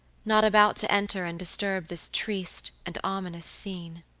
not about to enter and disturb this triste and ominous scene.